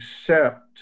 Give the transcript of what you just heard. accept